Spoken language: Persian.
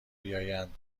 بیایند